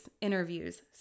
interviews